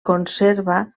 conserva